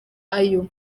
ayo